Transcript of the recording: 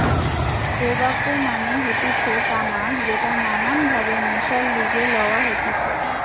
tobacco মানে হতিছে তামাক যেটা নানান ভাবে নেশার লিগে লওয়া হতিছে